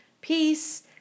peace